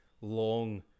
long